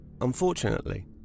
Unfortunately